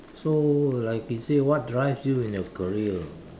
so like it says what drive you in your career